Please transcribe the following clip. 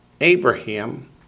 Abraham